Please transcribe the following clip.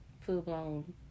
full-blown